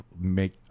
make